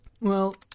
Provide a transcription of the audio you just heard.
Well